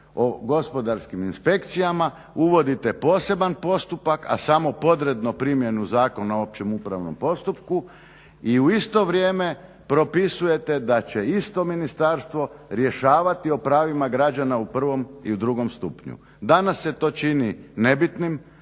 o gospodarskim inspekcijama uvodite poseban postupak a samo …/Govornik se ne razumije./… primjenu Zakona o općem upravnom postupku. I u isto vrijeme propisujete da će isto ministarstvo rješavati o pravima građana u prvom i u drugom stupnju. Danas se to čini nebitnim,